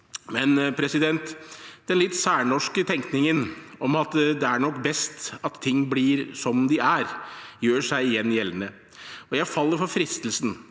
reklame. Men den litt særnorske tenkningen om at det nok er best at ting forblir som de er, gjør seg igjen gjeldende. Jeg faller for fristelsen